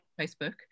Facebook